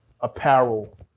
apparel